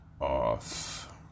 off